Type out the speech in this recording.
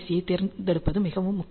ஐத் தேர்ந்தெடுப்பது மிகவும் முக்கியம்